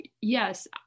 yes